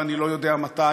ואני לא יודע מתי,